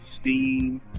Steam